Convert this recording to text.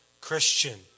Christian